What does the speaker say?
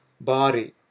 body